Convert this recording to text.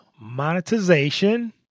monetization